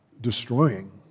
destroying